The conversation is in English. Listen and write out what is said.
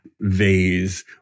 vase